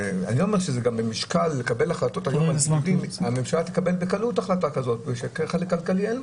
היום הממשלה תקבל בקלות החלטה כזאת, כי זה כלכלי.